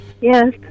Yes